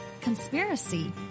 Conspiracy